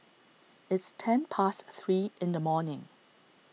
its ten past three in the morning